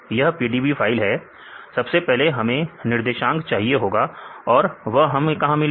यह PDB file है सबसे पहले हमें निर्देशांक चाहिए होगा और वह हमें कहां मिलेगा